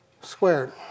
squared